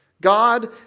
God